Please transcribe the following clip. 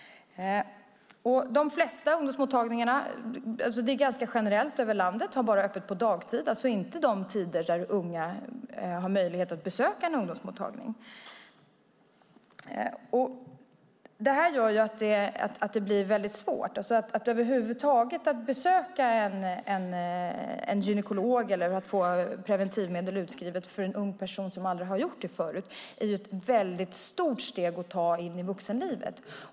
Ganska generellt över landet har ungdomsmottagningarna öppet bara dagtid, alltså inte de tider då unga har möjlighet att besöka en ungdomsmottagning. Det gör att det blir väldigt svårt. Att besöka en gynekolog eller få preventivmedel utskrivet för en ung person som aldrig har gjort det förut är ett stort steg att ta in i vuxenlivet.